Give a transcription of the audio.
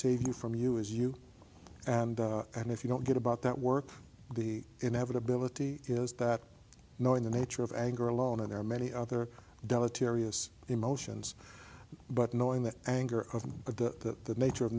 save you from you is you and and if you don't get about that work the inevitability is that no in the nature of anger alone and there are many other deleterious emotions but knowing that anger of the nature of